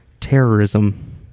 terrorism